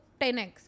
10x